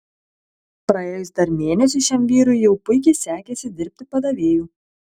praėjus dar mėnesiui šiam vyrui jau puikiai sekėsi dirbti padavėju